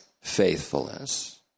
faithfulness